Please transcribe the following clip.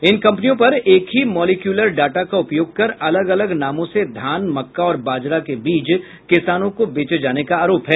इन कंपनियों पर एक ही मोल्यूकुलर डाटा का उपयोग कर अलग अलग नामों से धान मक्का और बाजरा के बीज किसानों को बेचे जाने का आरोप है